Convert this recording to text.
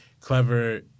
clever